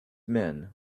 men